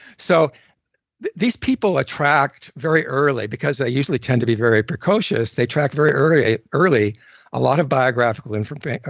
so these people attract very early because they usually tend to be very precocious, they attract very early a early a lot of biographical information.